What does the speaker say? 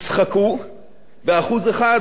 ו-1% אולי יתבלבלו.